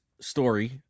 story